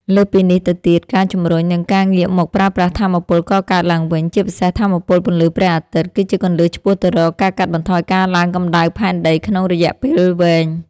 លើសពីនេះទៅទៀត ការជំរុញ និងការងាកមកប្រើប្រាស់ថាមពលកកើតឡើងវិញ ជាពិសេសថាមពលពន្លឺព្រះអាទិត្យ គឺជាគន្លឹះឆ្ពោះទៅរកការកាត់បន្ថយការឡើងកម្ដៅផែនដីក្នុងរយៈពេលវែង។